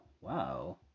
Wow